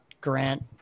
grant